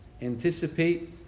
Anticipate